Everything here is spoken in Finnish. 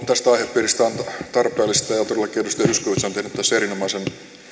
tästä aihepiiristä on tarpeellista ja todellakin edustaja zyskowicz on tehnyt tässä erinomaisen